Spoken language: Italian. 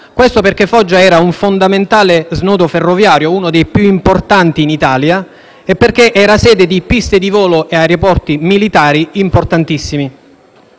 avvenne perché Foggia era un fondamentale snodo ferroviario (uno dei più importanti in Italia), nonché sede di piste di volo e aeroporti militari importantissimi.